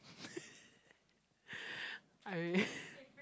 I